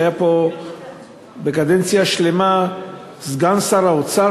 שהיה פה קדנציה שלמה סגן שר האוצר,